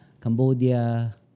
Cambodia